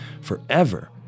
forever